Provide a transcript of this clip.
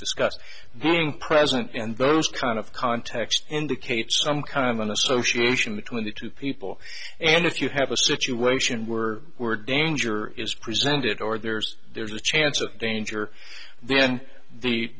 discussed then present and those kind of context indicate some kind of an association between the two people and if you have a situation were were danger is presented or there's there's a chance of danger then